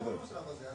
שלום לכולכם.